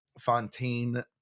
Fontaine